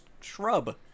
shrub